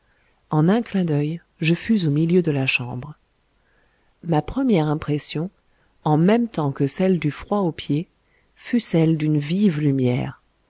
en un clin d'œil je fus au milieu de la chambre ma première impression en même temps que celle du froid aux pieds fut celle d'une vive lumière